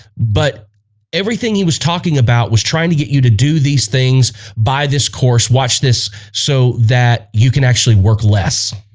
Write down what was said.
but everything he was talking about was trying to get you to do these things by this course watch this so that you can actually work less